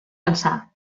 pensar